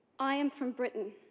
i am from britain